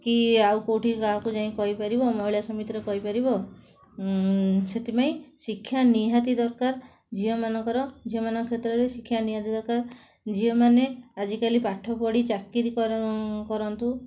କି ଆଉ କେଉଁଠି କାହାକୁ ଯାଇ କହିପାରିବ ମହିଳା ସମିତିରେ କହିପାରିବ ସେଥିପାଇଁ ଶିକ୍ଷା ନିହାତି ଦରକାର ଝିଅମାନଙ୍କର ଝିଅମାନଙ୍କ କ୍ଷେତ୍ରରେ ଶିକ୍ଷା ନିହାତି ଦରକାର ଝିଅମାନେ ଆଜିକାଲି ପାଠପଢ଼ି ଚାକିରି କରନ୍ତୁ